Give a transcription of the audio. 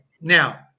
now